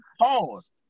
pause